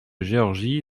georgie